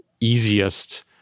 easiest